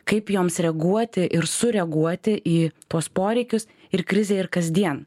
kaip joms reaguoti ir sureaguoti į tuos poreikius ir krizėj ir kasdien